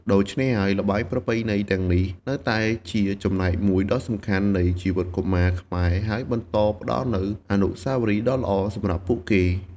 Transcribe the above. ដូច្នេះហើយ ល្បែងប្រពៃណីទាំងនេះនៅតែជាចំណែកមួយដ៏សំខាន់នៃជីវិតកុមារខ្មែរ ហើយបន្តផ្ដល់នូវអនុស្សាវរីយ៍ដ៏ល្អសម្រាប់ពួកគេ។